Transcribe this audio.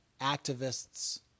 activists